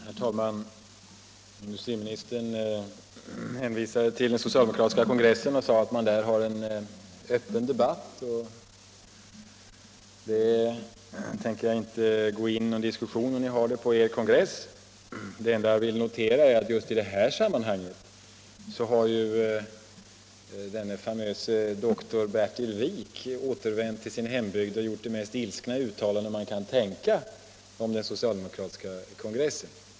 Herr talman! Industriministern hänvisade till den socialdemokratiska kongressen och sade att man där har en öppen debatt, och jag tänker inte gå in i en diskussion om hur ni har det på er kongress. Det enda jag vill notera är att just i det här sammanhanget har den famöse doktorn Bertil Wik återvänt till sin hembygd och gjort de mest ilskna uttalanden man kan tänka sig om den socialdemokratiska kongressen.